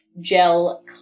gel